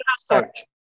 search